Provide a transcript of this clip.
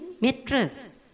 mattress